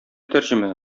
тәрҗемә